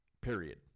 period